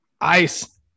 ice